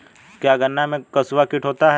क्या गन्नों में कंसुआ कीट होता है?